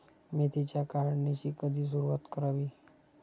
मेथीच्या काढणीची कधी सुरूवात करावी?